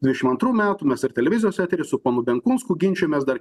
dvidešimt antrų metų mes ir televizijos etery su ponu benkunsku ginčijomės dar